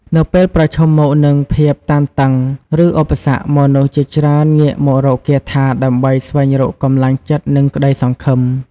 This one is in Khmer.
នៅពេលប្រឈមមុខនឹងភាពតានតឹង ឬឧបសគ្គ មនុស្សជាច្រើនងាកមករកគាថាដើម្បីស្វែងរកកម្លាំងចិត្តនិងក្តីសង្ឃឹម។